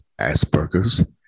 Asperger's